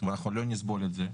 ואנחנו לא נסבול את זה.